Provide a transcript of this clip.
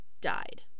died